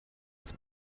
auf